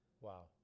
Wow